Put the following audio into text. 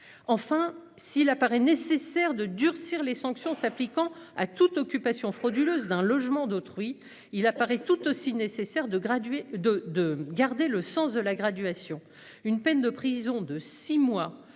Enfin s'il apparaît nécessaire de durcir les sanctions s'appliquant à toute occupation frauduleuse d'un logement d'autrui il apparaît tout aussi nécessaire de graduer de de garder le sens de la graduation une peine de prison de 6 mois